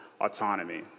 autonomy